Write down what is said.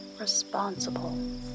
responsible